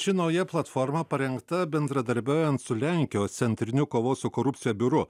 ši nauja platforma parengta bendradarbiaujant su lenkijos centriniu kovos su korupcija biuru